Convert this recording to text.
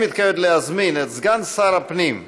אני מתכבד להזמין את סגן שר הפנים,